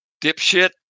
dipshit